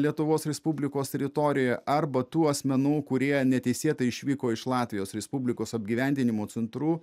lietuvos respublikos teritorijoje arba tų asmenų kurie neteisėtai išvyko iš latvijos respublikos apgyvendinimo centrų